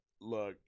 look